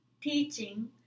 teaching